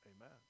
Amen